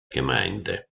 gemeinde